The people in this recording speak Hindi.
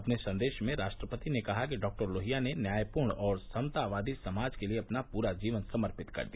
अपने संदेश में राष्ट्रपति ने कहा कि डॉक्टर लोहिया ने न्यायपूर्ण और समतावादी समाज के लिए अपना पूरा जीवन समर्पित कर दिया